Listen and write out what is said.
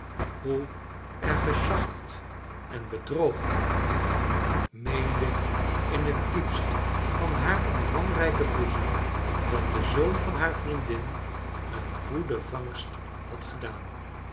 hoe er geschacherd en bedrogen werd meende in het diepst van haar omvangrijken boezem dat de zoon van haar vriendin een goede vangst had gedaan